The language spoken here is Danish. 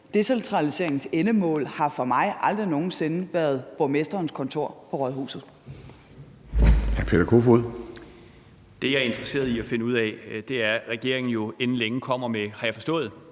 Decentraliseringens endemål har for mig aldrig nogen sinde været borgmesterens kontor på rådhuset.